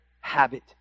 habit